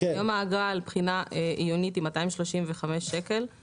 היום האגרה על בחינה עיונית היא 235 שקלים.